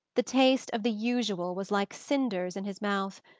the taste of the usual was like cinders in his mouth,